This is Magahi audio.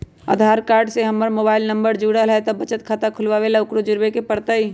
आधार कार्ड से हमर मोबाइल नंबर न जुरल है त बचत खाता खुलवा ला उकरो जुड़बे के पड़तई?